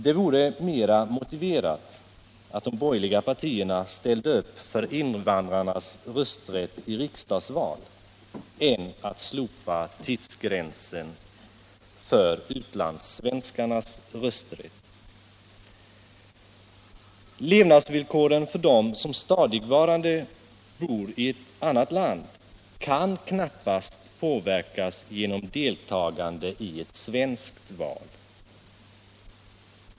Det vore mera motiös ne verat att de borgerliga partierna ställde upp för invandrarnas rösträtt i — Utlandssvenskarnas riksdagsval än begärde att man skall slopa tidsgränsen för utlandssvens = rösträtt karnas rösträtt. Levnadsvillkoren för dem som stadigvarande bor i ett annat land kan knappast påverkas genom deltagande i ett svenskt val.